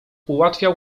ułatwiał